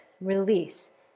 release